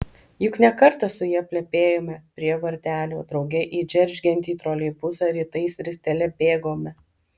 juk ne kartą su ja plepėjome prie vartelių drauge į džeržgiantį troleibusą rytais ristele bėgome